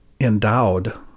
endowed